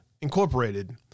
incorporated